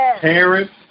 parents